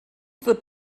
wird